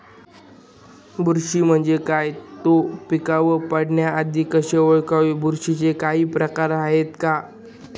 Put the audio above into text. बुरशी म्हणजे काय? तो पिकावर पडण्याआधी कसे ओळखावे? बुरशीचे काही प्रकार आहेत का?